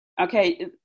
Okay